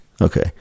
Okay